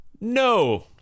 No